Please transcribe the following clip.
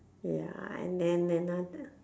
ya and then another